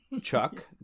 Chuck